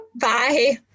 Bye